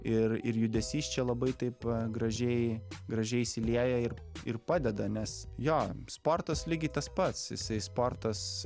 ir ir judesys čia labai taip gražiai gražiai įsilieja ir ir padeda nes jo sportas lygiai tas pats jisai sportas